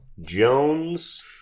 Jones